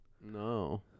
No